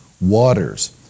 waters